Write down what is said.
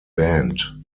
band